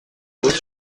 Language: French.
douze